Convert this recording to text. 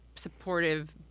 supportive